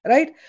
Right